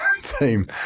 team